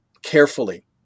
carefully